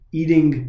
eating